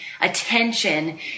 attention